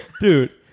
dude